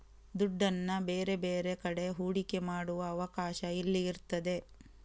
ದುಡ್ಡನ್ನ ಬೇರೆ ಬೇರೆ ಕಡೆ ಹೂಡಿಕೆ ಮಾಡುವ ಅವಕಾಶ ಇಲ್ಲಿ ಇರ್ತದೆ